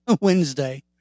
Wednesday